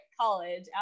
college